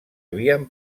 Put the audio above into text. havien